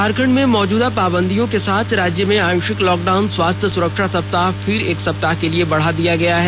झारखंड में मौजूदा पाबंदियों के साथ राज्य में आंशिक लॉकडाउन स्वास्थ्य सुरक्षा सप्ताह फिर एक सप्ताह के लिए बढ़ा दिया गया है